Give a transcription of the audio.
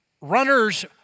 runners